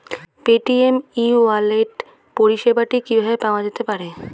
Paytm e wallet পরিষেবাটি কিভাবে পাওয়া যেতে পারে?